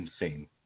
insane